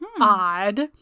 Odd